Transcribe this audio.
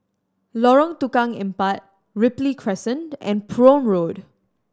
Lorong Tukang Empat Ripley Crescent and Prome Road